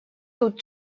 тут